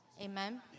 Amen